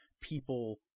People